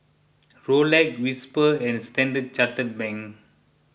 Rolex Whisper and Standard Chartered Bank